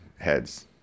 heads